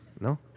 No